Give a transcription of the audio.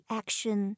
action